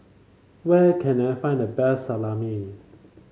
where can I find the best Salami